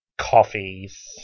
coffees